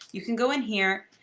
you can go in here.